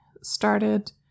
started